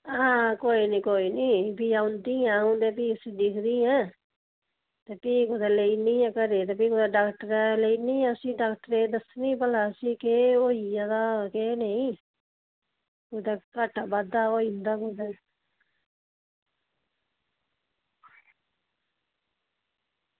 हां कोई कोई निं फ्ही अं'ऊ औंदी आं फ्ही उसी दिक्खदी आं ते फ्ही कुतै लेई जन्नी आं घरै गी ते फ्ही कुतै डाक्टरै लेई जन्नी आं इसी डाक्टरै दस्सनी आं भला इसी केह् होई गेदा केह् नेईं कुतै घाटा बाद्धा होई जंदा कुतै